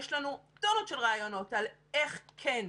יש לנו טונות של רעיונות על איך כן.